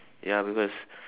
ya because